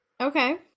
Okay